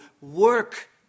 work